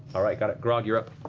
all right, got it. grog, you're up.